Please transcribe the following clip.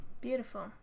Beautiful